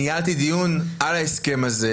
ניהלתי דיון על ההסכם הזה.